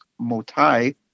Motai